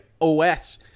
OS